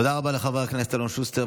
תודה רבה, חבר הכנסת אלון שוסטר.